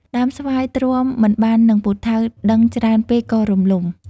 ដើមស្វាយ ទ្រាំមិនបាននឹងពូថៅ-ដឹងច្រើនពេក ក៏រលំ ។